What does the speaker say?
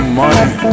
money